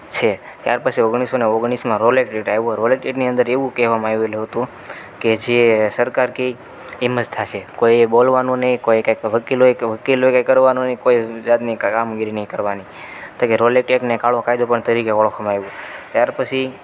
છે ત્યાર પછી ઓગણીસસો ને ઓગણીસમાં રોલેટ ટેક્ટ આવ્યો રોલેટ એકટની અંદર એવું કહેવામાં આવેલું હતું કે જે સરકાર કહે એમ જ થશે કોઈએ બોલવાનું નહીં કોઈએ કંઇ વકીલોએ કે વકીલોએ કંઇ કરવાનું નહીં કોઈએ જાતની કામગીરી નહીં કરવાની તો કે રોલેટ એક્ટને કાળો કાયદો પણ તરીકે ઓળખવામાં આવ્યો ત્યાર પછી